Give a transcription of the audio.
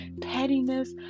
pettiness